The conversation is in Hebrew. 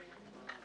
ובנקים.